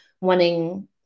wanting